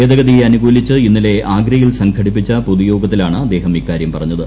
ഭേദഗതിയെ അനുകൂലിച്ച് ഇന്നലെ ആഗ്രയിൽ സംഘടിപ്പിച്ച പൊതുയോഗത്തിലാണ് അദ്ദേഹം ഇക്കാര്യം പറഞ്ഞത്